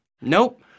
Nope